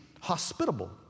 hospitable